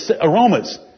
aromas